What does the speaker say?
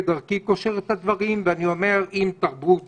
כדרכי, קושר את הדברים ואני אומר שאם תרבות